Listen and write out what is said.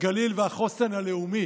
הגליל והחוסן הלאומי,